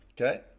okay